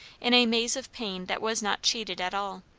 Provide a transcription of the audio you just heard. in a maze of pain that was not cheated at all,